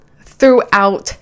throughout